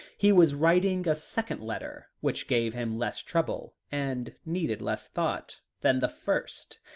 he was writing a second letter, which gave him less trouble, and needed less thought, than the first.